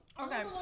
Okay